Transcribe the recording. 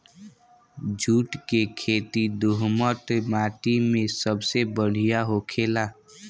जुट के खेती दोहमट माटी मे सबसे बढ़िया होखेला